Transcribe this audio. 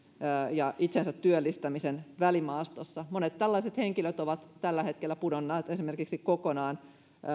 ja itsensä työllistämisen välimaastossa monet tällaiset henkilöt ovat tällä hetkellä esimerkiksi pudonneet kokonaan